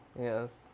yes